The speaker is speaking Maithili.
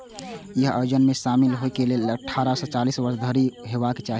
अय योजना मे शामिल होइ लेल अट्ठारह सं चालीस वर्ष धरि उम्र हेबाक चाही